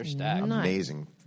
amazing